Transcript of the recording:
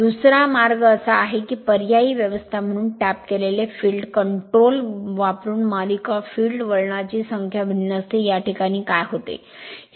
दुसरा मार्ग असा आहे की पर्यायी व्यवस्था म्हणून टॅप केलेले फील्ड कंट्रोल वापरुन मालिका फील्ड वळणांची संख्या भिन्न असते या प्रकरणात काय होते